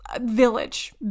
Village